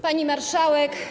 Pani Marszałek!